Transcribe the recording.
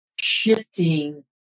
shifting